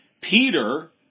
Peter